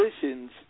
positions